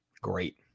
Great